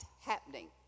happening